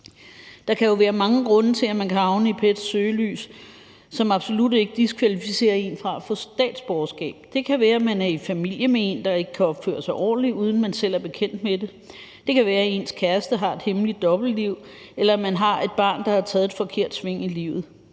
Der kan jo være mange grunde til, at man kan havne i PET's søgelys, som absolut ikke diskvalificerer en fra at få statsborgerskab. Det kan være, at man er i familie med en, der ikke kan opføre sig ordentligt, uden at man selv er bekendt med det. Det kan være, at ens kæreste har et hemmeligt dobbeltliv, eller at man har et barn, der har taget et forkert sving i livet.